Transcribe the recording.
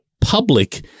public